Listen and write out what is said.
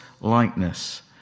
likeness